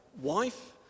wife